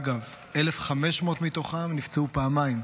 אגב, 1,500 מתוכם נפצעו פעמיים,